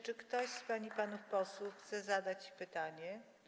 Czy ktoś z pań i panów posłów chce zadać pytanie?